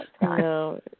No